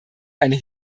eine